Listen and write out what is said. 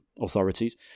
authorities